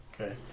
Okay